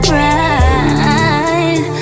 right